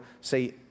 say